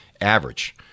average